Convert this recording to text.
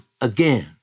again